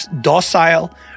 docile